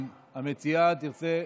תודה רבה.